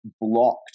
blocked